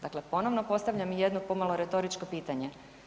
Dakle, ponovno postavljam jedno pomalo retoričko pitanje.